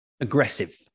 aggressive